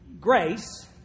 grace